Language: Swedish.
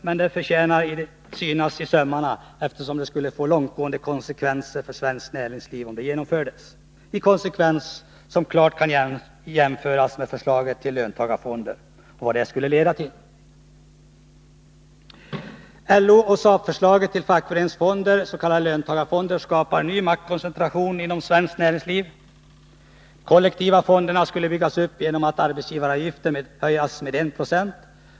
Men det förtjänar att synas i sömmarna, eftersom det skulle få långtgående konsekvenser för svenskt näringsliv om det genomfördes, konsekvenser som klart kan jämföras med vad förslaget till löntagarfonder skulle leda till. LO-SAP-förslaget till fackföreningsfonder, s.k. löntagarfonder, skapar en ny maktkoncentration inom svenskt näringsliv. De kollektiva fonderna skall byggas upp genom att arbetsgivaravgiften höjs med 1 26.